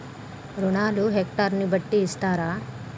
రుణాలు హెక్టర్ ని బట్టి ఇస్తారా?